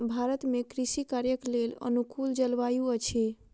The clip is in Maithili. भारत में कृषि कार्यक लेल अनुकूल जलवायु अछि